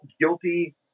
guilty